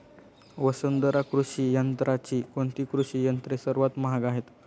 वसुंधरा कृषी यंत्राची कोणती कृषी यंत्रे सर्वात महाग आहेत?